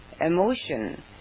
emotion